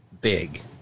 big